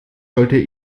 sollte